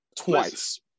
Twice